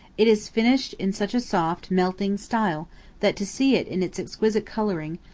it is finished in such a soft, melting style that to see it in its exquisite coloring,